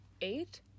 eight